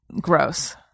gross